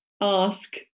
ask